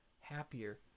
happier